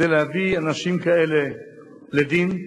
כדי להביא אנשים כאלה לדין,